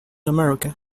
america